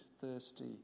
thirsty